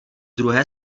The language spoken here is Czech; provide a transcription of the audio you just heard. druhé